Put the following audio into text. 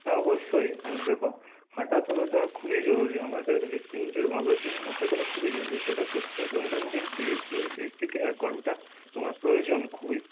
হ্যাঁ অবশ্যই দেখো হাঁটাচলাটা খুবই জরুরি আমাদের হৃৎপিন্ডের ভালোর জন্য হাঁটাচলা খুবই জরুরি সেটা করতে দৈনন্দিন তিরিশ মিনিট তিরিশ থেকে এক ঘন্টা তোমার প্রয়োজন খুবই